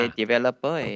developer